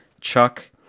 chuck